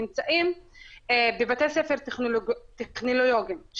נמצאים בבתי ספר טכנולוגיים,